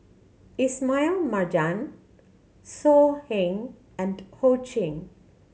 Ismail Marjan So Heng and Ho Ching